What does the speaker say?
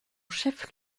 chef